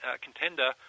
contender